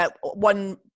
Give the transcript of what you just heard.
one